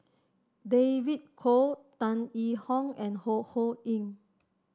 David Kwo Tan Yee Hong and Ho Ho Ying